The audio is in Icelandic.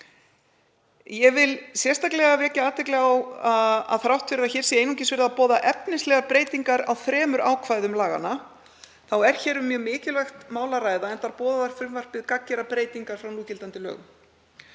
Ég vil sérstaklega vekja athygli á því að þrátt fyrir að hér sé einungis verið að boða efnislegar breytingar á þremur ákvæðum laganna er hér um mjög mikilvægt mál að ræða enda boðar frumvarpið gagngerar breytingar frá núgildandi lögum.